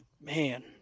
Man